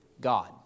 God